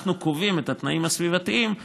אנחנו קובעים את התנאים הסביבתיים,